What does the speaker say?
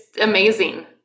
amazing